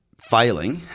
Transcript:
failing